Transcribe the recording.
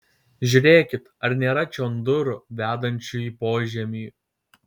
žiūrėkit ar nėra čion durų vedančių į požemį